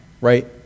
right